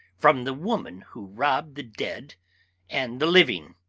from the woman who robbed the dead and the living.